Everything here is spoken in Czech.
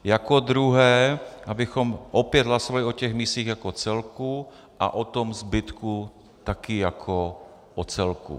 Jako druhé abychom opět hlasovali o těch misích jako celku a o tom zbytku taky jako o celku.